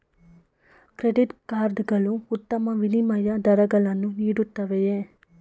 Credit card ಗಳು ಉತ್ತಮ ವಿನಿಮಯ ದರಗಳನ್ನು ನೀಡುತ್ತವೆಯೇ?